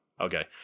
okay